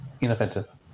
inoffensive